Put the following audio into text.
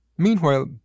Meanwhile